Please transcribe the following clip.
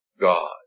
God